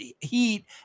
heat